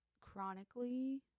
chronically